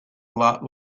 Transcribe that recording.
lot